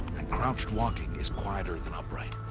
and crouched walking is quieter than upright.